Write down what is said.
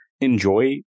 enjoy